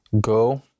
go